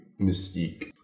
Mystique